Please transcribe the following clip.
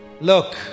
Look